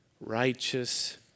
righteous